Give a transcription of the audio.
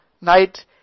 night